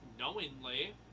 Knowingly